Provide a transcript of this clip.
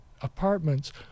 apartments